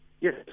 Yes